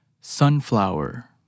Sunflower